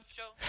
Show